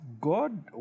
God